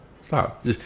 Stop